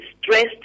stressed